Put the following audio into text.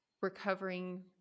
recovering